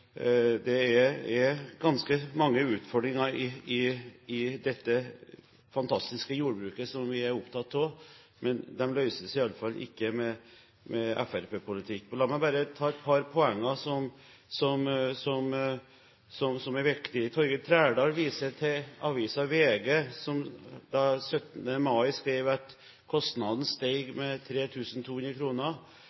at det er ganske mange utfordringer i dette fantastiske jordbruket som vi er opptatt av, men de møtes iallfall ikke med fremskrittspartipolitikk. La meg bare ta et par poeng som er viktige. Torgeir Trældal viser til avisen VG, som 17. mai skrev at